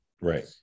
Right